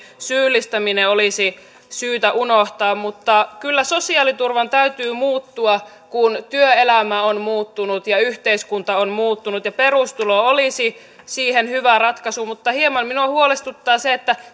syyllistäminen olisi syytä unohtaa mutta kyllä sosiaaliturvan täytyy muuttua kun työelämä on muuttunut ja yhteiskunta on muuttunut perustulo olisi siihen hyvä ratkaisu mutta hieman minua huolestuttaa se